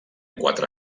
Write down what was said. quatre